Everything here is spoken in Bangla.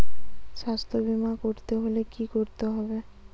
স্বাস্থ্যবীমা করতে হলে কি করতে হবে?